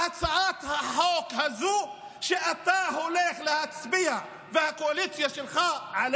בהצעת החוק הזו שאתה והקואליציה שלך הולכים